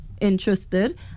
interested